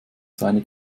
seine